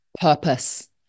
purpose